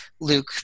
Luke